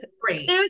Great